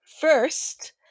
First